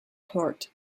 port